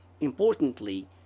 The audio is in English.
Importantly